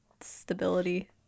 stability